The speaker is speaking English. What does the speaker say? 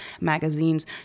magazines